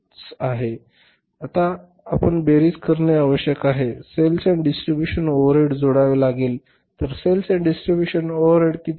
तर आता आपण बेरीज करणे आवश्यक आहे सेल एन्ड डिस्ट्रिब्युशन ओव्हरहेड जोडावे लागेल तर सेल एन्ड डिस्ट्रिब्युशन ओव्हरहेड किती आहे